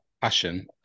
passion